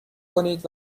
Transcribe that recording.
کنید